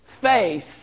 faith